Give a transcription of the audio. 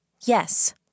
Yes